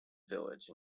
village